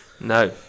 No